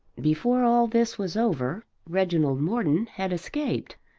before all this was over reginald morton had escaped,